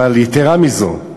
ויתרה מזו,